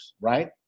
right